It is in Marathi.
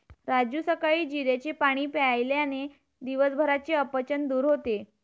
राजू सकाळी जिऱ्याचे पाणी प्यायल्याने दिवसभराचे अपचन दूर होते